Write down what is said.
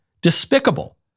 despicable